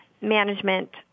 management